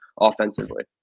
offensively